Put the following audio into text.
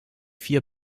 vier